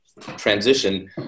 transition